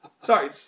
Sorry